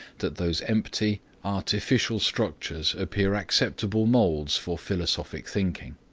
that those empty, artificial structures appear acceptable molds for philosophic thinking.